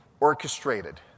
orchestrated